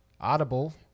Audible